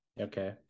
Okay